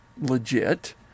legit